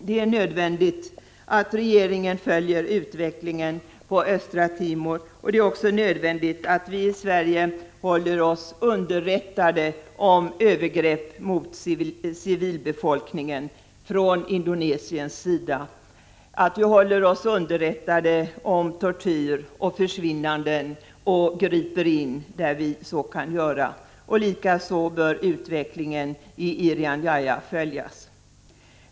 Det är nödvändigt att regeringen följer utvecklingen på Östra Timor och det är också nödvändigt att vi i Sverige håller oss underrättade om övergrepp mot civilbefolkningen från Indonesiens sida, att vi håller oss underrättade om tortyr och försvinnanden och griper in där så är möjligt. Likaså bör utvecklingen i Irian Jaya följas.